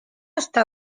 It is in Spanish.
está